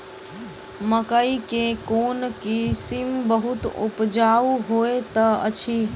मकई केँ कोण किसिम बहुत उपजाउ होए तऽ अछि?